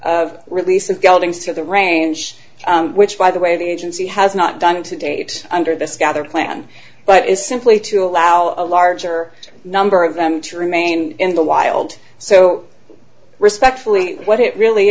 of releases geldings to the range which by the way the agency has not done to date under this gather plan but is simply to allow a larger number of them to remain in the wild so respectfully what it really